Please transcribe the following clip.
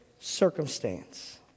circumstance